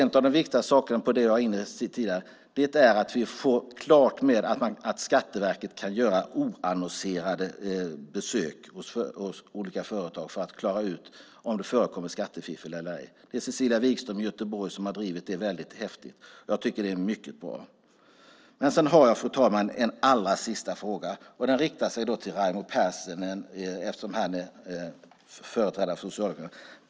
En av de viktigaste sakerna som jag var inne på tidigare är att vi får klart med att Skatteverket kan göra oannonserade besök hos företag för att klara ut om det förekommer skattefiffel. Det är Cecilia Wigström i Göteborg som har drivit detta väldigt häftigt, och jag tycker att det är mycket bra. Jag har en allra sista fråga, fru talman. Den riktar sig till Raimo Pärssinen, eftersom han är företrädare för Socialdemokraterna.